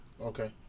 Okay